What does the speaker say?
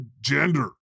gender